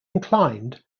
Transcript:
inclined